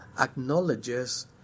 acknowledges